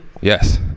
Yes